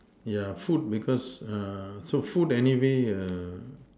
yeah food because uh so food anyway uh